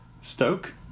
Stoke